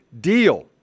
deal